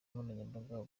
nkoranyambaga